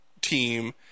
team